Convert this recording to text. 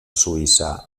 suïssa